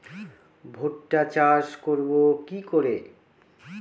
ভুট্টা চাষ করব কি করে?